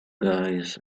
guys